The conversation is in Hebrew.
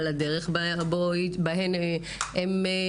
על הדרך בה הן תלדנה,